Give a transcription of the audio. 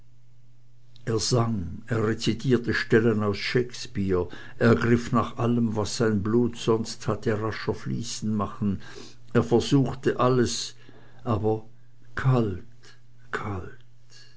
er sang er rezitierte stellen aus shakespeare er griff nach allem was sein blut sonst hatte rascher fließen machen er versuchte alles aber kalt kalt